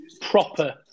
proper